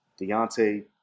Deontay